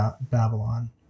Babylon